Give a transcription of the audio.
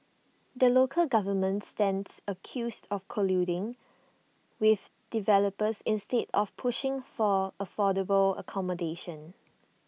the local government stands accused of colluding with developers instead of pushing for affordable accommodation